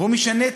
הוא משנה תפיסה.